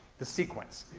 the sequence.